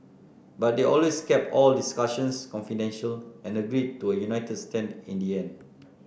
but they always kept all discussions confidential and agreed to a united stand in the end